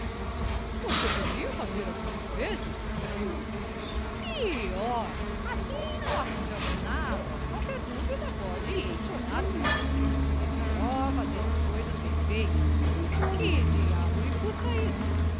você podia fazer as minhas vezes pior assim não arranjamos nada qualquer dúvida pode entornar o caldo é melhor fazer as coisas bem feitas que diabo lhe custa isto